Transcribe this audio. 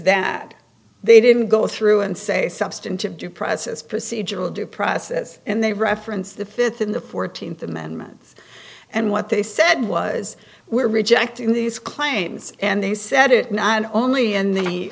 that they didn't go through and say substantive due process procedural due process and they reference the th in the th amendment and what they said was we're rejecting these claims and they said it not only in the